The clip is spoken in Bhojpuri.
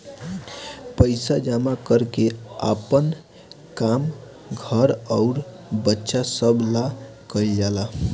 पइसा जमा कर के आपन काम, घर अउर बच्चा सभ ला कइल जाला